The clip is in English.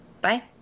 Bye